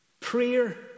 prayer